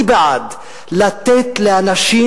אני בעד לתת לאנשים,